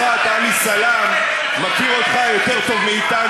הם צריכים להבין את הנקודה הזאת.